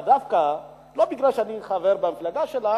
ולא כי אני חבר במפלגה שלה,